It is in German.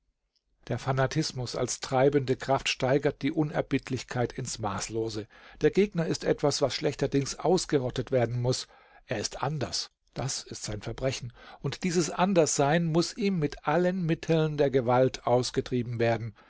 der fanatismus als treibende kraft steigert die unerbittlichkeit ins maßlose der gegner ist etwas was schlechterdings ausgerottet werden muß er ist anders das ist sein verbrechen und dieses anderssein muß ihm mit allen mitteln der gewalt ausgetrieben werden